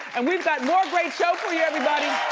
and we've got more great show for you, everybody.